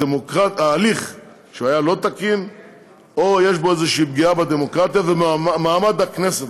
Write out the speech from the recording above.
שההליך היה לא תקין או יש בו איזושהי פגיעה בדמוקרטיה ובמעמד הכנסת.